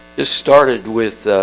this started with